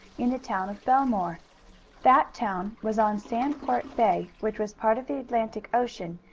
in the town of bellemere. that town was on sandport bay, which was part of the atlantic ocean,